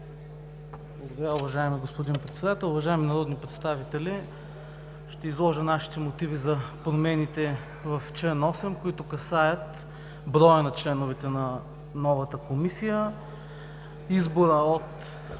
Благодаря, уважаеми господин Председател. Уважаеми народни представители, ще изложа нашите мотиви за промените в чл. 8, които касаят броя на членовете на новата Комисия, избора от